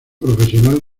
profesional